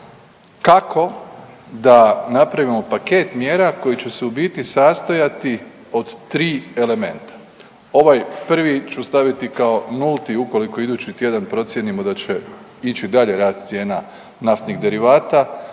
kako da napravimo paket mjera koji će se u biti sastojati od tri elementa, ovaj prvi ću staviti kao nulti ukoliko idući tjedan procijenimo da će ići dalje rast cijena naftnih derivata,